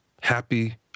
happy